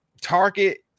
target